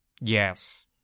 Yes